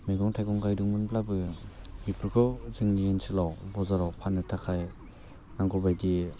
मैगं थाइगं गायदोंमोनब्लाबो बेफोरखौ जोंनि ओनसोलाव बजाराव फान्नो थाखाय नांगौबायदि